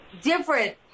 different